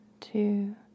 two